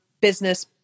business